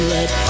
Let